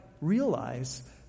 realize